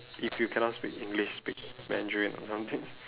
if you cannot speak english speak mandarin or something